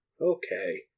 Okay